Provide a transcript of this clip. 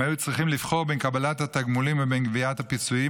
הם היו צריכים לבחור בין קבלת התגמולים לבין גביית הפיצויים,